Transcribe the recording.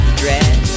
dress